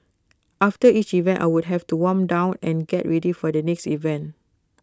after each event I would have to warm down and get ready for the next event